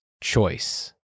choice